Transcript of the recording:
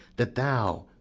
that thou,